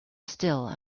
still